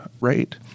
rate